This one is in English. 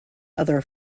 other